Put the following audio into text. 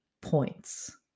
points